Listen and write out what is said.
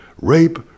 rape